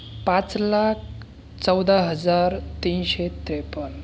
पाच लाख चौदा हजार तीनशे त्रेपन्न